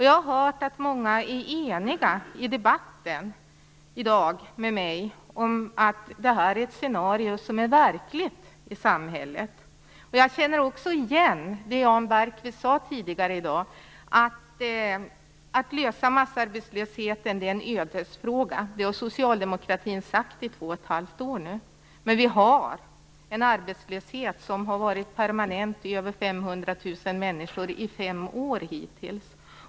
Jag har hört att många i debatten i dag är eniga med mig om att detta är ett scenario i samhället som är verkligt. Jag känner också igen det som Jan Bergqvist sade tidigare i dag: Att lösa massarbetslösheten är en ödesfråga. Det har Socialdemokraterna nu sagt i två och ett halvt år. Men vi har en arbetslöshet för över 500 000 människor som varit permanent i fem år hittills.